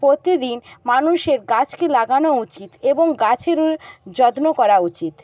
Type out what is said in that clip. প্রতিদিন মানুষের গাছকে লাগানো উচিত এবং গাছের যত্ন করা উচিত